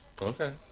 Okay